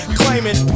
claiming